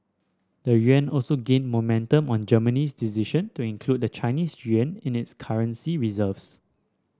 the yuan also gained momentum on Germany's decision to include the Chinese yuan in its currency reserves